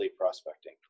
prospecting